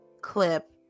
clip